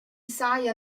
saja